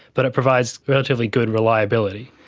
but it provides relatively good reliability.